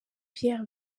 pierre